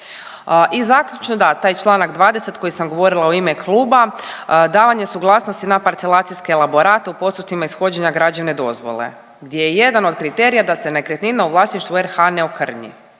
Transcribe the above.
I zaključno da, taj članak 20. koji sam govorima u ime kluba, davanje suglasnosti na parcelacijske elaborate u postupcima ishođenja građevne dozvole gdje je jedan od kriterija da se nekretnina u vlasništvu RH ne okrnji,